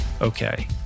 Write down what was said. Okay